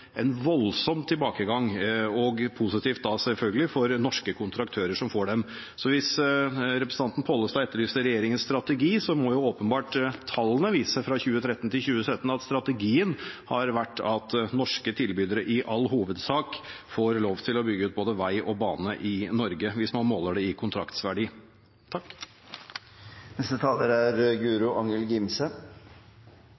hvis representanten Pollestad etterlyste regjeringens strategi, må åpenbart tallene fra 2013 til 2017 vise at strategien har vært at norske tilbydere i all hovedsak får lov til å bygge ut både vei og bane i Norge, hvis man måler det i kontraktsverdi. Vi har all grunn til å være stolte av norsk landbruk. Lønnsomheten øker, og det er